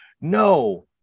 no